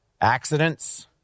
Accidents